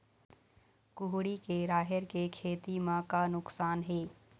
कुहड़ी के राहेर के खेती म का नुकसान हे?